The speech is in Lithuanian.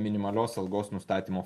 minimalios algos nustatymo